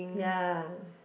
ya